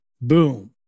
boom